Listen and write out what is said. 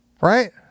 right